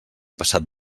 passat